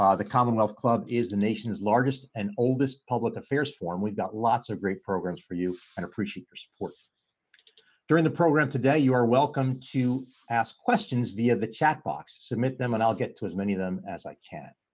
the commonwealth club is the nation's largest and oldest public affairs forum we've got lots of great programs for you and appreciate your support during the program today you are welcome to ask questions via the chat box submit them and i'll get to as many of them as i can